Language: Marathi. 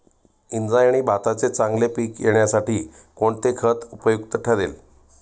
इंद्रायणी भाताचे चांगले पीक येण्यासाठी कोणते खत उपयुक्त ठरेल?